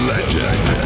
Legend